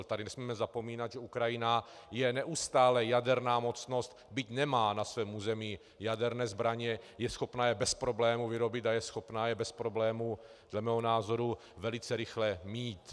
Tady nesmíme zapomínat, že Ukrajina je neustále jaderná mocnost, byť nemá na svém území jaderné zbraně, je schopna je bez problému vyrobit a je schopna je bez problému dle mého názoru velice rychle mít.